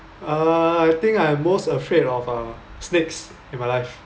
uh I think I'm most afraid of uh snakes in my life